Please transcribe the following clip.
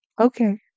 Okay